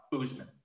Usman